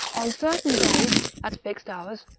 on certain days, at fixed hours,